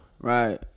Right